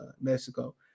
Mexico